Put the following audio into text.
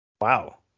Wow